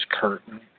curtain